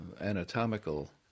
anatomical